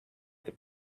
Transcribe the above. that